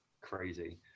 crazy